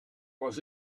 was